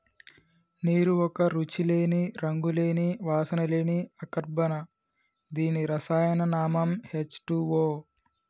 నీరు ఒక రుచి లేని, రంగు లేని, వాసన లేని అకర్బన దీని రసాయన నామం హెచ్ టూవో